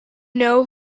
know